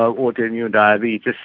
ah autoimmune diabetes,